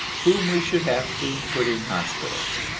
whom we should have to put in hospitals.